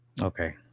Okay